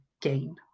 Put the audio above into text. gain